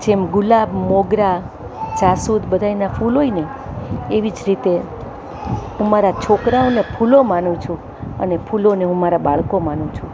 જેમ ગુલાબ મોગરા જાસૂદ બધાયના ફૂલ હોયને એવી જ રીતે હું મારા છોકરાઓને ફૂલો માનું છું અને ફૂલોને હું મારા બાળકો માનું છું